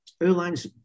airlines